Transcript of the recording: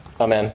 Amen